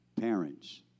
parents